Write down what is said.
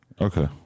Okay